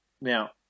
Now